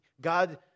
God